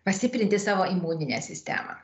pastiprinti savo imuninę sistemą